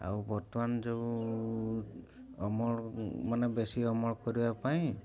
ଆଉ ବର୍ତ୍ତମାନ ଯୋଉ ଅମଳ ମାନେ ବେଶୀ ଅମଳ କରିବା ପାଇଁ